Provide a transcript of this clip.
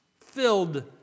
filled